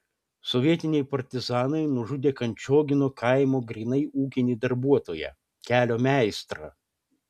sovietiniai partizanai nužudė kančiogino kaimo grynai ūkinį darbuotoją kelio meistrą